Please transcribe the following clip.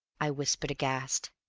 i whispered aghast.